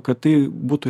kad tai būtų